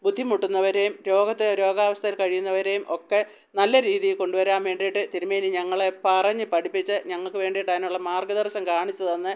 ബുദ്ധിമുട്ടുന്നവരെയും രോഗത്തെ രോഗാവസ്ഥയിൽ കഴിയുന്നവരെയും ഒക്കെ നല്ല രീതിയിൽ കൊണ്ടു വരാൻ വേണ്ടിയിട്ട് തിരുമേനി ഞങ്ങളെ പറഞ്ഞു പഠിപ്പിച്ച് ഞങ്ങൾക്ക് വേണ്ടിയിട്ട് അതിനുള്ള മാർഗ്ഗദർശനം കാണിച്ചു തന്ന്